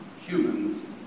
Humans